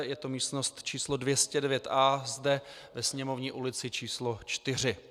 Je to místnost číslo 209 A zde, ve Sněmovní ulici číslo 4.